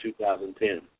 2010